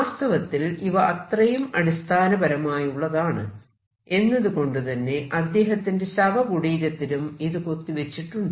വാസ്തവത്തിൽ ഇവ അത്രയും അടിസ്ഥാനപരമായുള്ളതാണ് എന്നതുകൊണ്ടുതന്നെ അദ്ദേഹത്തിന്റെ ശവകുടീരത്തിലും ഇത് കൊത്തിവച്ചിട്ടുണ്ട്